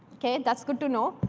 ok, that's good to know.